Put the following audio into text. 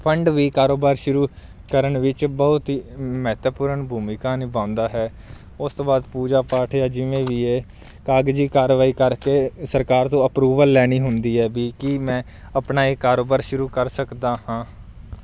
fund ਵੀ ਕਾਰੋਬਾਰ ਸ਼ੁਰੂ ਕਰਨ ਵਿੱਚ ਬਹੁਤ ਹੀ ਮਹੱਤਵਪੂਰਣ ਭੂਮਿਕਾ ਨਿਭਾਉਂਦਾ ਹੈ ਉਸ ਤੋਂ ਬਾਅਦ ਪੂਜਾ ਪਾਠ ਜਾਂ ਜਿਵੇਂ ਵੀ ਹੈ ਕਾਗਜ਼ੀ ਕਾਰਵਾਈ ਕਰਕੇ ਸਰਕਾਰ ਤੋਂ ਅਪਰੂਵਲ ਲੈਣੀ ਹੁੰਦੀ ਹੈ ਵੀ ਕੀ ਮੈਂ ਆਪਣਾ ਇਹ ਕਾਰੋਬਾਰ ਸ਼ੁਰੂ ਕਰ ਸਕਦਾ ਹਾਂ